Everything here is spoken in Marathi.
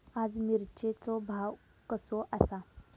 आज मिरचेचो भाव कसो आसा?